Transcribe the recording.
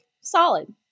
solid